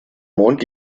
mond